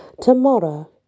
tomorrow